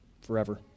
forever